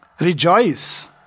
Rejoice